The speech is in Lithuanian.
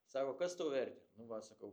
sako kas tau vertė nu va sakau